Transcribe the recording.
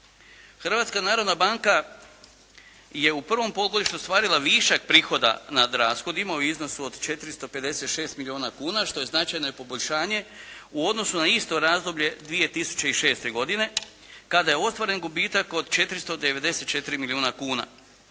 Hrvatska narodna banka je u prvom polugodištu ostvarila višak prihoda nad rashodima u iznosu od 456 milijuna kuna što je značajno i poboljšanje u odnosu na isto razdoblje 2006. godine kada je ostvaren gubitak od 494 milijuna kuna.